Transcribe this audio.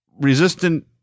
resistant